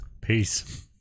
Peace